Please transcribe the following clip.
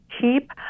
keep